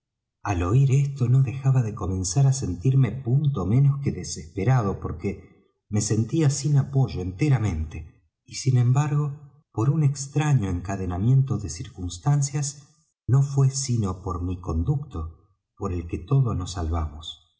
al oir esto no dejaba de comenzar á sentirme punto menos que desesperado porque me sentía sin apoyo enteramente y sin embargo por un extraño encadenamiento de circunstancias no fué sino por mi conducto por el que todos nos salvamos